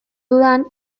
dudan